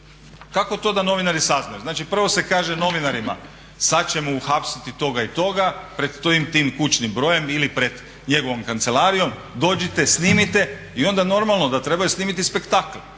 Kako to da novinari saznaju? Znači prvo se kaže novinarima sad ćemo uhapsiti toga i toga pred tim i tim kućnim brojem ili pred njegovom kancelarijom, dođite, snimite i onda normalno da trebaju snimiti spektakl,